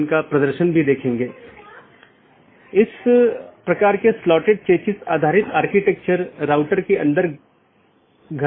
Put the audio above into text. इसका मतलब है कि कौन से पोर्ट और या नेटवर्क का कौन सा डोमेन आप इस्तेमाल कर सकते हैं